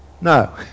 No